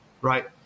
right